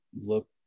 look